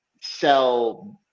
sell